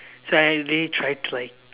so I really tried to like